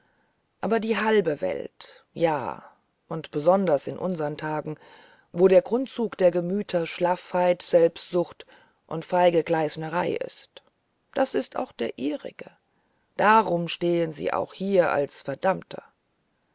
aber die halbe welt ja und besonders in unsern tagen wo der grundzug der gemüter schlaffheit selbstsucht und feige gleisnerei ist das ist auch der ihrige darum stehen sie auch hier als verdammter